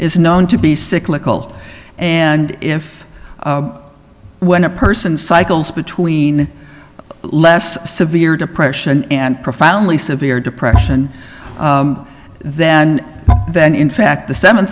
is known to be cyclical and if when a person cycles between less severe depression and profoundly severe depression then then in fact the seven